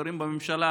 ולחברים בממשלה